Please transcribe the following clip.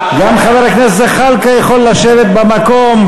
גם חבר הכנסת זחאלקה יכול לשבת במקום.